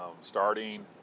starting